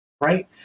right